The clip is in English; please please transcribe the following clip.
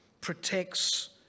protects